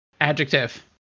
Adjective